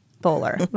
bowler